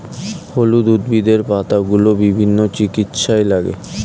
হলুদ উদ্ভিদের পাতাগুলো বিভিন্ন চিকিৎসায় লাগে